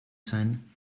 sein